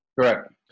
Correct